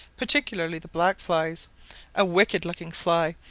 particularly the black flies a wicked-looking fly,